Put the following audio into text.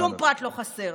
שום פרט לא חסר.